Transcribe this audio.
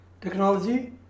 technology